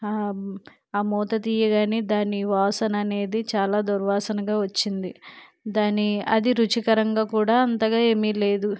ఆ మూత తీయగానే దాని వాసన అనేది చాలా దుర్వాసనగా వచ్చింది దాని అది రుచికరంగా కూడా అంతగా ఏమీ లేదు